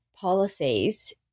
policies